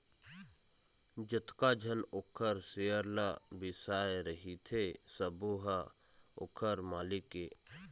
जतका झन ओखर सेयर ल बिसाए रहिथे सबो ह ओखर मालिक ये